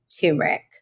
turmeric